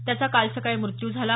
त्याचा काल सकाळी मृत्यू झाला